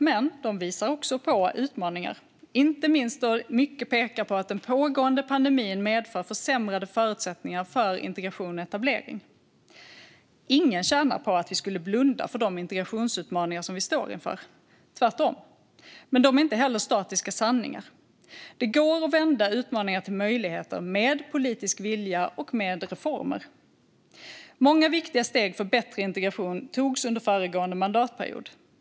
Men de visar också på utmaningar, inte minst då mycket pekar på att den pågående pandemin medför försämrade förutsättningar för integration och etablering. Ingen skulle tjäna på att vi blundade för de integrationsutmaningar vi står inför, tvärtom. Men de är inte heller statiska sanningar. Det går att vända utmaningar till möjligheter med politisk vilja och reformer. Många viktiga steg för bättre integration togs under föregående mandatperiod.